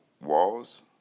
Walls